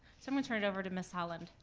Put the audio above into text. so i'm gonna turn it over to miss holland.